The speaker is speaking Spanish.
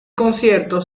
concierto